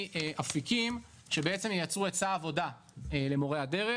אפיקים שבעצם ייצרו היצע עבודה למורי הדרך.